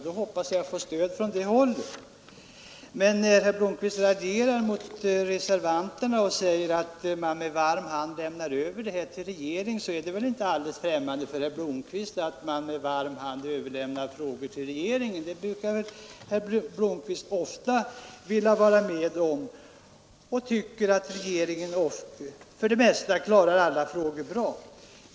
Då hoppas jag att få stöd från hans håll. Men då herr Blomkvist raljerar med reservanterna och menar att man med varm hand lämnar över detta till regeringen vill jag säga, att herr Blomkvist själv väl inte är främmande för att med varm hand överlämna frågor till regeringen. Det brukar herr Blomkvist ofta vilja vara med om och tycker då att regeringen för det mesta klarar frågorna bra.